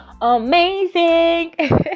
amazing